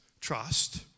Trust